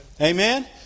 Amen